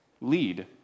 lead